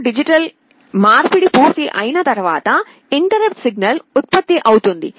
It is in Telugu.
A D మార్పిడి పూర్తయిన తర్వాత ఇంటెర్రుప్ట్ సిగ్నల్ ఉత్పత్తి అవుతుంది